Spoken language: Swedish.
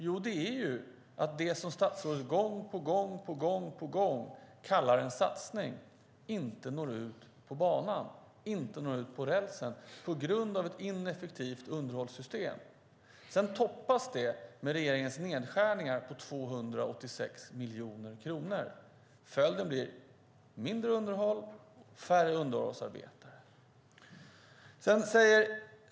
Jo, det som statsrådet gång på gång kallar en satsning når inte ut på banan, på rälsen, på grund av ett ineffektivt underhållssystem. Sedan toppas det hela med regeringens nedskärningar på 286 miljoner kronor. Följden blir mindre underhåll och färre underhållsarbetare.